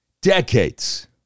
Decades